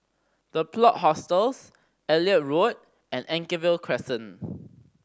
The Plot Hostels Elliot Road and Anchorvale Crescent